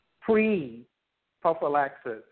pre-prophylaxis